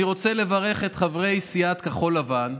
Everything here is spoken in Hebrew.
אני רוצה לברך את חברי סיעת כחול לבן,